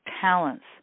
talents